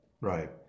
Right